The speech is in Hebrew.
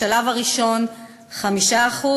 בשלב הראשון 5%,